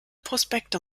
prospekte